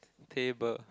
table